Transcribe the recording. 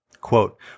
Quote